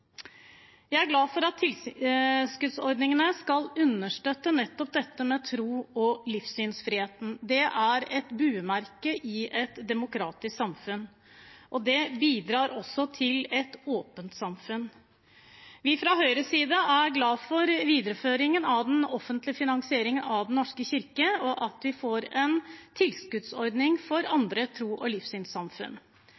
Jeg er glad for at tilskuddsordningene skal understøtte nettopp dette med tros- og livssynsfriheten. Det er et bumerke i et demokratisk samfunn, og det bidrar også til et åpent samfunn. Fra Høyres side er vi glad for videreføringen av den offentlige finansieringen av Den norske kirke, og at vi får en tilskuddsordning for